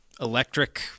electric